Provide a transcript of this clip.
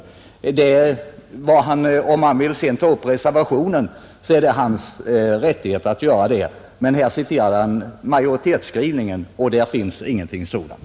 Om herr Sjönell vill ta upp vad som sägs i reservationen så är det hans rättighet att göra det, men här citerade han majoritetsskrivningen och där finns ingenting sådant.